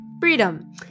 freedom